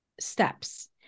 steps